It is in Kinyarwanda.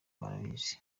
barabizi